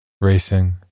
Racing